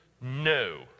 No